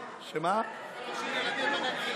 תפסיק את ההריסות בנגב.